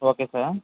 okay sir